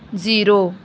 zero